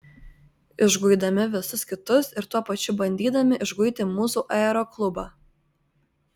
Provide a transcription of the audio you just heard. išguidami visus kitus ir tuo pačiu bandydami išguiti mūsų aeroklubą